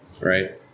right